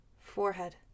Forehead